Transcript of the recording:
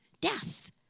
Death